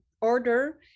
order